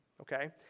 Okay